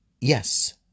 yes